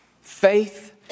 Faith